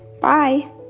Bye